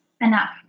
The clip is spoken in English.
enough